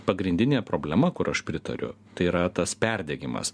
pagrindinė problema kur aš pritariu tai yra tas perdegimas